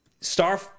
Star